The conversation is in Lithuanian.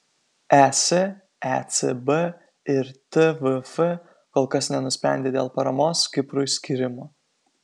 es ecb ir tvf kol kas nenusprendė dėl paramos kiprui skyrimo